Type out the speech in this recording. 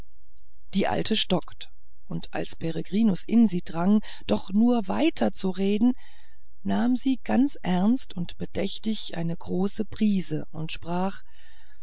die alte stockte und als peregrinus in sie drang doch nur weiter zu reden nahm sie ganz ernst und bedächtig eine große prise und sprach